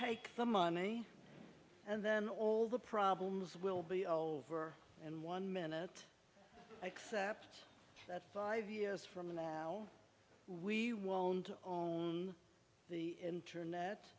take the money and then all the problems will be over in one minute except that five years from now we won't the